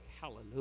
Hallelujah